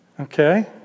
Okay